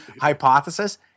hypothesis